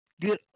good